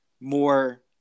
more